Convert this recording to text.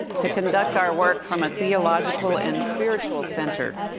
to conduct our work from a theological and spiritual center,